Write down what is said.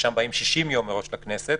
שם באים 60 יום מראש לכנסת,